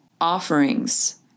offerings